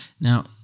Now